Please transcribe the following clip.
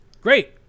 great